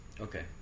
Okay